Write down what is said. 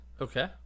Okay